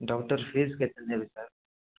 doctor fees କେତେ ନେବେ sir